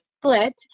split